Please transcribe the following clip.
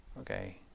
okay